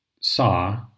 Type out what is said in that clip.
saw